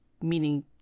Meaning